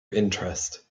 interest